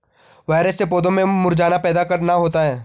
virus से पौधों में मुरझाना पैदा करना होता है